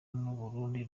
n’ubundi